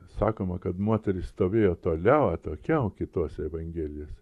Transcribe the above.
sakoma kad moterys stovėjo toliau atokiau kitose evangelijose